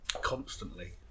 constantly